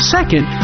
Second